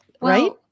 right